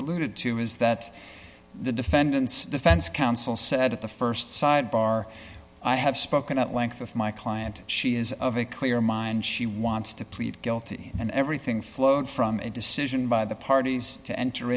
alluded to is that the defendants defense counsel said at the st sidebar i have spoken at length of my client she is of a clear mind she wants to plead guilty and everything flowed from a decision by the parties to enter